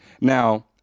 now